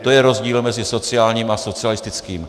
To je rozdíl mezi sociálním a socialistickým.